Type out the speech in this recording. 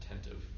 attentive